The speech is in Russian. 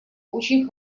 очень